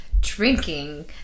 drinking